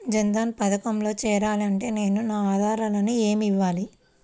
జన్ధన్ పథకంలో చేరాలి అంటే నేను నా ఆధారాలు ఏమి ఇవ్వాలి?